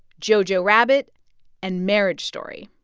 jojo rabbit and marriage story.